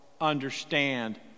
understand